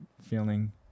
feeling